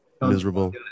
miserable